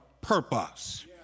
purpose